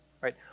right